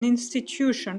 institution